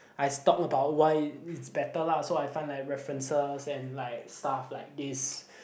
I stalk about why it's better lah so I find like references and like stuff like this